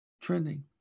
Trending